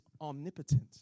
omnipotent